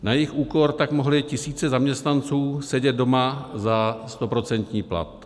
Na jejich úkor tak mohly tisíce zaměstnanců sedět doma za stoprocentní plat.